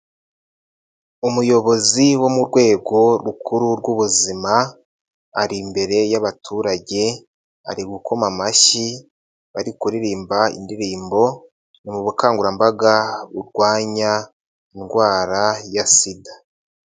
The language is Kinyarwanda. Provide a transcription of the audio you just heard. Umuyobozi wo mu rwego rukuru rw'ubuzima ari imbere y'abaturage ari gukoma amashyi bari kuririmba indirimbo mu bukangurambaga burwanya indwara ya sida.